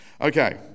Okay